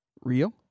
real